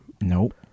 Nope